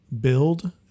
build